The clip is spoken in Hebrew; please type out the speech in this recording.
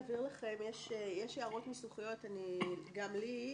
על סדר היום הצעת תקנות הסעה בטיחותית לילדים ולפעוטות